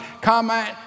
comment